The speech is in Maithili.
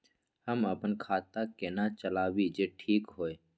हम अपन खाता केना चलाबी जे ठीक होय?